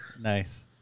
Nice